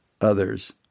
others